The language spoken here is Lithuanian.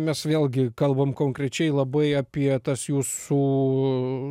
mes vėlgi kalbam konkrečiai labai apie tas jūsų